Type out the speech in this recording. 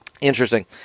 Interesting